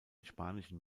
spanischen